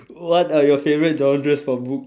what are your favourite genres for book